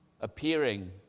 appearing